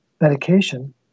medication